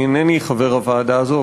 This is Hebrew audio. אני אינני חבר הוועדה הזאת,